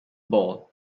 ball